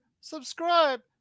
subscribe